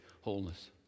wholeness